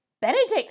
Benedict